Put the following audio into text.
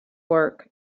work